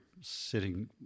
sitting